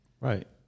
right